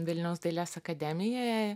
vilniaus dailės akademijoje